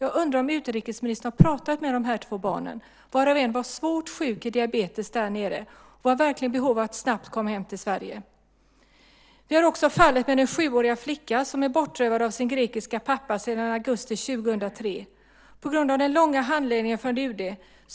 Jag undrar om utrikesministern har pratat med de två barnen, varav en var svårt sjuk i diabetes där nere och verkligen hade behov av att snabbt komma hem till Sverige? Vi har också fallet med den sjuåriga flicka som är bortrövad av sin grekiska pappa sedan augusti 2003. På grund av den långa handläggningen på UD